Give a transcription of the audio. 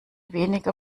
weniger